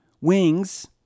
Wings